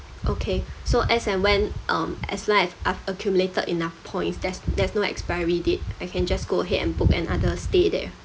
okay so as and when um as long as I've accumulated enough points there's there's no expiry date I can just go ahead and book another stay there